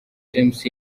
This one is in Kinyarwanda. james